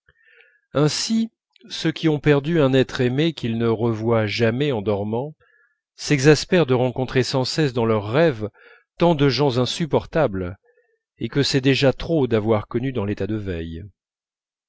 ainsi ceux qui ont perdu un être aimé qu'ils ne revoient jamais en dormant s'exaspèrent de rencontrer sans cesse dans leurs rêves tant de gens insupportables et que c'est déjà trop d'avoir connus dans l'état de veille